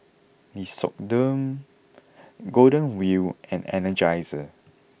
Nixoderm Golden Wheel and Energizer